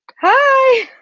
hi!